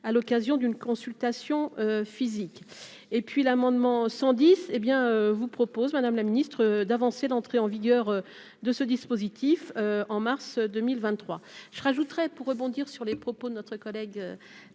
à l'occasion d'une consultation physique et puis l'amendement 110 hé bien vous propose, madame la ministre d'avancer, d'entrée en vigueur de ce dispositif en mars 2023 je rajouterai pour rebondir. Sur les propos de notre collègue